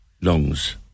lungs